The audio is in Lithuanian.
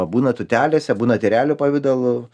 būna tūtelėse būna tyrelių pavidalu